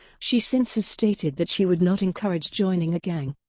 she since has stated that she would not encourage joining a gang.